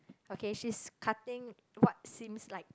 okay she's cutting what seems like